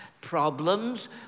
problems